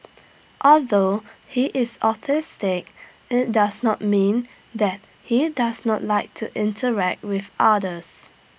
although he is autistic IT does not mean that he does not like to interact with others